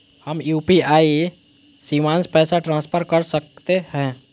हम यू.पी.आई शिवांश पैसा ट्रांसफर कर सकते हैं?